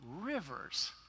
rivers